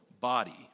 body